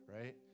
Right